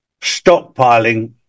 stockpiling